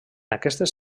aquestes